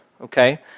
okay